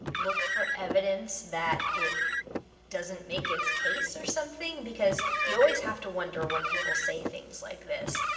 look for evidence that it doesn't make its case or something? because you always have to wonder when people say things like this,